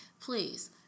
please